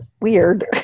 Weird